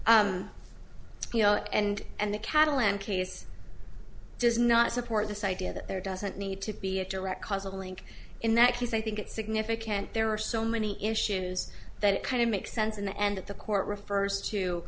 you know and and the cattle and case does not support this idea that there doesn't need to be a direct causal link in that case i think it's significant there are so many issues that it kind of makes sense in the end that the court refers to